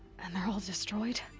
and they're all destroyed?